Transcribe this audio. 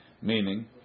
Meaning